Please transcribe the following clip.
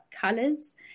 colors